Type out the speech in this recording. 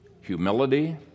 humility